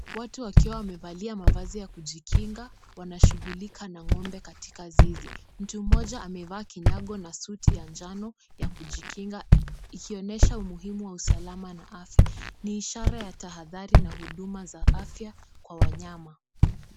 Watu wakiwa wamevalia mavazi ya kujikinga wanashughulika na ng'ombe katika zizi. Mtu mmoja amevaa kinyago na suti ya njano ya kujikinga ikionesha umuhimu wa usalama na afya. Ni ishara ya tahadhari na huduma za afya kwa wanyama.